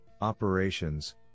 operations